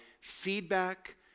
feedback